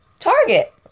Target